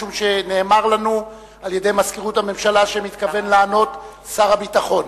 משום שנאמר לנו על-ידי מזכירות הממשלה שמתכוון לענות שר הביטחון,